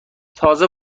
تازه